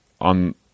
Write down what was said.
on